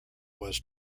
was